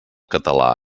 català